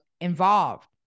involved